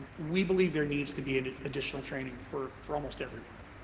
um we believe there needs to be an additional training for for almost everyone.